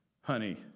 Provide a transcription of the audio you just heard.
Honey